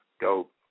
dope